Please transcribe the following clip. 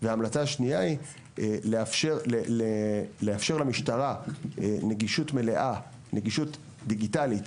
וההמלצה השנייה היא לאפשר למשטרה נגישות דיגיטלית